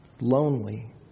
lonely